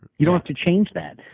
you don't have to change that.